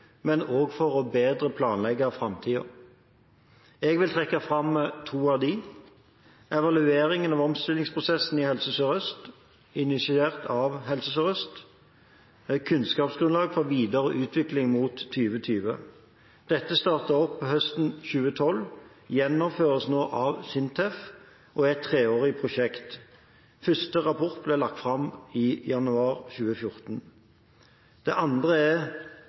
og også for bedre å planlegge framtiden. Jeg vil trekke fram to av dem: «Evaluering av omstillingsprosessen i Helse Sør-Øst. Kunnskapsgrunnlag for videre utvikling mot 2020.» Dette startet opp høsten 2012, gjennomføres nå av SINTEF og er et treårig prosjekt. Første rapport ble lagt fram i januar 2014. Det andre er